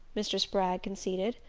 mr. spragg conceded.